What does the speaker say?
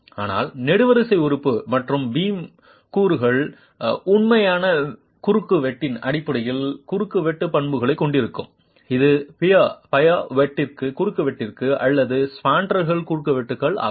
ஆனால் நெடுவரிசை உறுப்பு மற்றும் பீம் கூறுகள் உண்மையான குறுக்குவெட்டின் அடிப்படையில் குறுக்குவெட்டு பண்புகளைக் கொண்டிருக்கும் இது பையர் குறுக்குவெட்டு அல்லது ஸ்பான்ட்ரல் குறுக்குவெட்டு ஆகும்